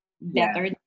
better